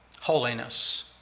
holiness